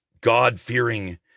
God-fearing